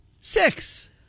Six